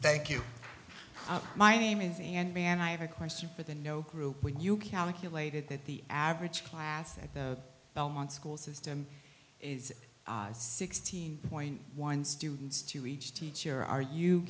thank you my name is andy and i have a question for the no group when you calculated that the average class at the belmont school system is sixteen point one students to each teacher ar